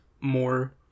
more